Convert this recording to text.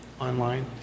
online